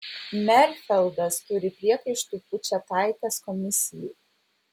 merfeldas turi priekaištų pučėtaitės komisijai